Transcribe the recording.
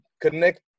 connect